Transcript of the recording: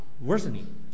worsening